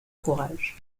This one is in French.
courage